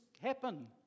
happen